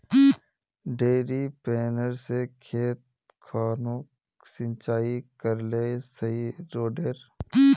डिरिपयंऋ से खेत खानोक सिंचाई करले सही रोडेर?